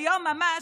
היום ממש,